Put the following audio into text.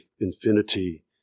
infinity